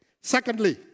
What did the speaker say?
Secondly